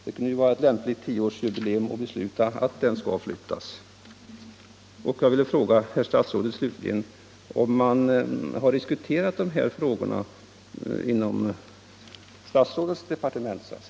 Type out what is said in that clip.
Det kan ju vara ett lämpligt tioårsjubileum att besluta att den nu verkligen skall flyttas.